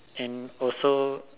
and also